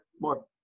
more